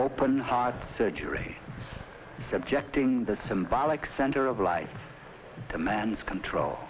open heart surgery subjecting the symbolic center of life to man's control